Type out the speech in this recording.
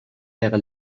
wäre